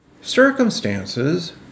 circumstances